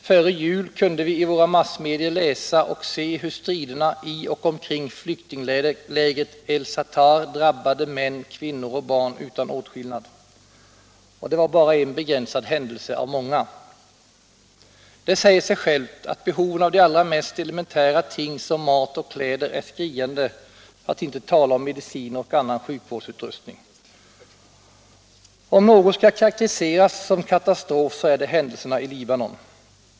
Före jul kunde vi i våra massmedier läsa och se hur striderna i och omkring flyktinglägret Tel el Zaatar drabbade män, kvinnor och barn utan åtskillnad. Och det var bara en begränsad händelse av många. Det säger sig självt att behoven av de allra mest elementära ting som mat och kläder är skriande för att inte tala om mediciner och annan sjukvårdsutrustning. Om något skall karakteriseras som katastrof så är det händelserna i Libanon.